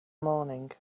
morning